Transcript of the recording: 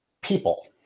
people